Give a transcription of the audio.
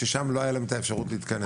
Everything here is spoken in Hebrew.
ששם לא הייתה להם אפשרות להתכנס.